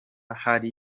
hari